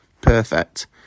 Perfect